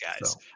guys